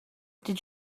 did